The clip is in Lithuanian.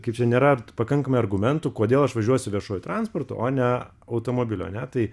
kaip čia nėra pakankamai argumentų kodėl aš važiuosiu viešuoju transportu o ne automobiliu ane tai